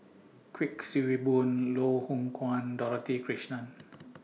Kuik Swee Boon Loh Hoong Kwan Dorothy Krishnan